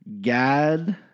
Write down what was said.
Gad